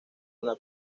una